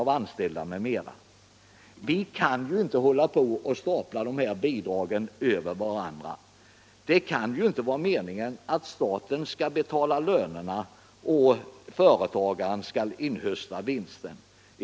Vi kan ju inte stapla bidragen på varandra. Det kan ju inte vara me ningen att staten skall betala lönen och företagaren skall inhösta vinsten.